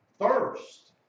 First